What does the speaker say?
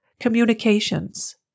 Communications